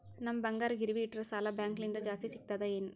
ನಮ್ ಬಂಗಾರ ಗಿರವಿ ಇಟ್ಟರ ಸಾಲ ಬ್ಯಾಂಕ ಲಿಂದ ಜಾಸ್ತಿ ಸಿಗ್ತದಾ ಏನ್?